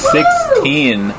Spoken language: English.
Sixteen